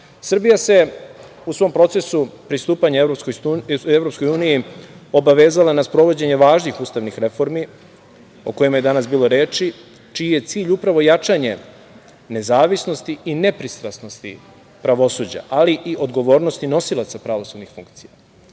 se u svom procesu pristupanja EU, obavezala na sprovođenje važnih ustavnih reformi o kojima je danas bilo reči, čiji je cilj upravo jačanje nezavisnosti i nepristrasnosti pravosuđa, ali i odgovornosti nosilaca pravosudnih funkcija. Dakle,